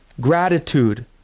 gratitude